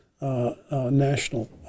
national